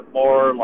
more